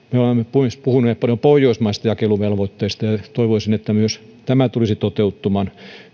olemme puhuneet paljon myös pohjoismaisesta jakeluvelvoitteesta ja toivoisin että myös tämä tulisi toteutumaan